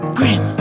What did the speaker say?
grim